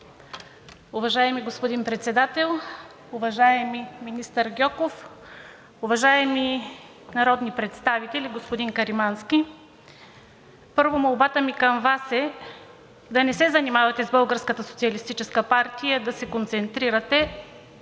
Уважаеми господин Председател, уважаеми министър Гьоков, уважаеми народни представители, господин Каримански! Първо, молбата ми към Вас е да не се занимавате с „Българската социалистическа партия“, а да се концентрирате